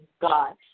God